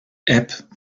app